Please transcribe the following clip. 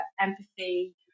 empathy